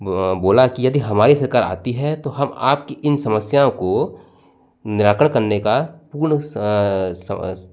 बोला की यदि हमारी सरकार आती है तो हम आपकी इन समस्याओं को निराकरण करने का पूर्ण